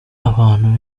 abantu